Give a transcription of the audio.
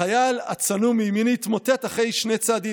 החייל הצנום מימיני התמוטט אחרי שני צעדים.